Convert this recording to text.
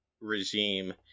regime